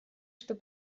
что